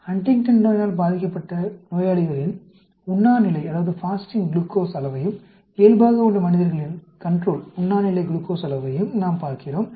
Huntington நோயால் Huntingtons Disease பாதிக்கப்பட்ட நோயாளிகளின் உண்ணா நிலை குளுக்கோஸ் அளவையும் இயல்பாக உள்ள மனிதர்களின் உண்ணா நிலை குளுக்கோஸ் அளவையும் நாம் பார்க்கிறோம்